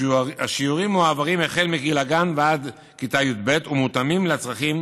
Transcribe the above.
השיעורים מועברים החל מגיל הגן ועד כיתה י"ב ומותאמים לצרכים